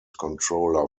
controller